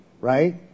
Right